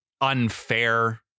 unfair